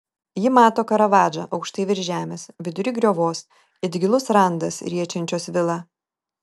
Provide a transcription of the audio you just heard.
ji mato karavadžą aukštai virš žemės vidury griovos it gilus randas riečiančios vilą